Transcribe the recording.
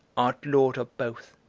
art lord of both.